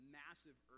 massive